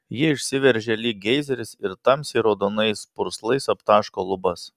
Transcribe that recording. ji išsiveržia lyg geizeris ir tamsiai raudonais purslais aptaško lubas